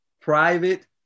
private